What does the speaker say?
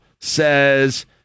says